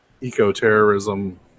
eco-terrorism